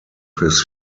his